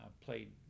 played